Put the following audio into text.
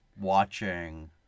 watching